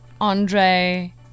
Andre